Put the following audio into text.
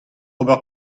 ober